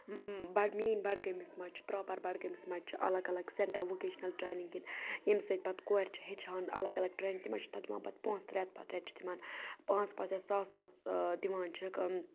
بَڑ میٲنۍ بڈگٲمِس منٛز چھِ پراپر بَڈگٲمِس منٛز چھِ اَلگ اَلگ سٮ۪نٹر ووکیشنَل ٹرینِنگ ہِندۍ ییٚمہِ سۭتۍ پَتہٕ کورِ چھِ ہیٚچھان اَلگ اَلگ ٹرینِگ تِمن چھُ تَتھ دِوان پَتہٕ پۄنٛسہٕ رٮ۪تہٕ پَتہٕ رٮ۪تہٕ چھِ تِمن پانٛژھ پانٛژھ یا ساس ساس دِوان چھِکھ